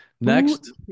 next